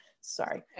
sorry